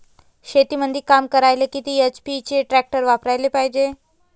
शेतीमंदी काम करायले किती एच.पी चे ट्रॅक्टर वापरायले पायजे?